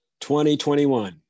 2021